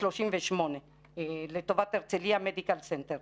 38 לטובת הרצליה מדיקל סנטר.